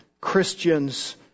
Christians